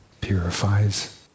purifies